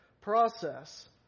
process